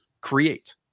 create